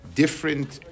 different